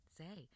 say